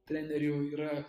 treneriu yra